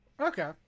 Okay